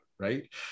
Right